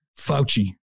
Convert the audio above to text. Fauci